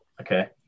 Okay